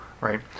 right